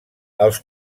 els